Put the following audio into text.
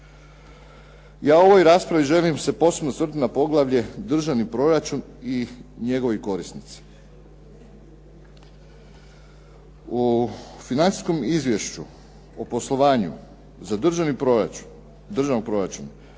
Ja u ovoj raspravi želio bih se posebno osvrnuti na poglavlje Državni proračun i njegovi korisnici. U financijskom izvješću o poslovanju za državni proračun i 29 proračunskih